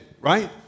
right